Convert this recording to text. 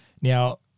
Now